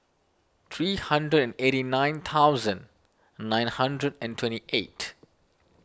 three hundred and eighty nine thousand nine hundred and twenty eight